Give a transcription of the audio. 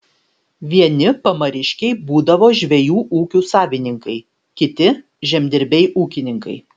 vieni pamariškiai būdavo žvejų ūkių savininkai kiti žemdirbiai ūkininkai